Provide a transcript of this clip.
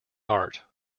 art